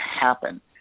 happen